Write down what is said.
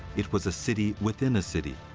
it was a city within a city,